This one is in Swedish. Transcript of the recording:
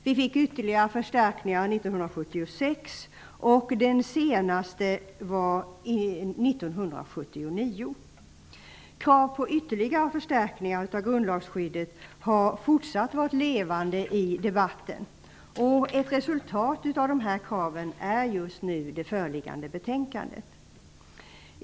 Vi fick ytterligare förstärkningar Krav på ytterligare förstärkningar av grundlagsskyddet har fortsatt att vara levande i debatten. Ett resultat av de här kraven är just nu föreliggande betänkande.